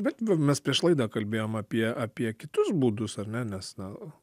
bet mes prieš laidą kalbėjom apie apie kitus būdus ar ne nas na